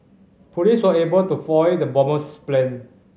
police were able to foil the bomber's plan